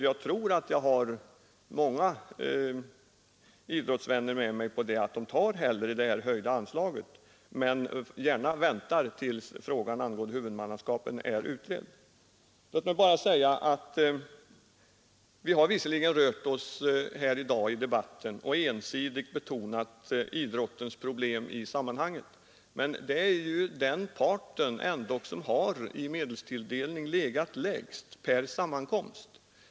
Jag tror att jag har många idrottsvänner med mig när jag säger att vi hellre tar det höjda anslaget och väntar med huvudmannaskapet till dess den frågan är utredd. Låt mig bara säga att vi i debatten i dag visserligen ensidigt har betonat idrottens problem, men idrotten är ju ändå den part som i medelstilldelning legat lägst per sammankomst.